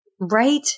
Right